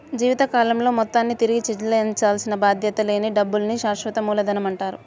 జీవితకాలంలో మొత్తాన్ని తిరిగి చెల్లించాల్సిన బాధ్యత లేని డబ్బుల్ని శాశ్వత మూలధనమంటారు